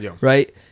right